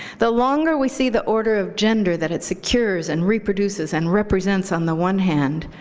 the longer we see the order of gender that it secures and reproduces and represents on the one hand,